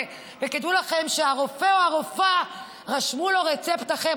ויגידו לכם שהרופא או הרופאה רשמו לו רצפט אחר?